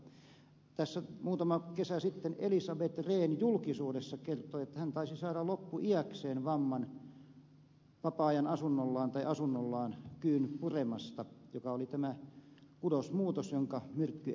mutta tässä muutama kesä sitten elisabeth rehn julkisuudessa kertoi että hän taisi saada loppuiäkseen vapaa ajan asunnollaan tai asunnollaan kyyn puremasta vamman joka oli tämä kudosmuutos jonka myrkky